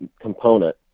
component